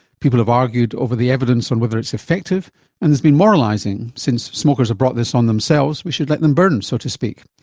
people have argued over the evidence on whether it's effective and there's been moralising since smokers have brought this on themselves we should let them burn, so to speak.